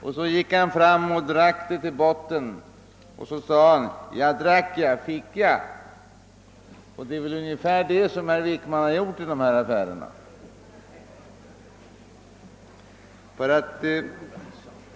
Gubben gick fram till kruset och tömde det till botten, varpå han sade: »Jag drack, jag — fick jag?» Det är väl ungefär på detta sätt som herr Wickman handlat i denna affär.